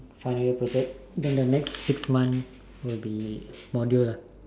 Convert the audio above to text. final year project then the next six month will be module lah